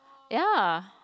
ya